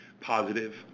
positive